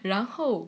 然后